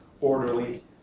orderly